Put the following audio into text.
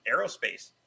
aerospace